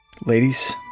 Ladies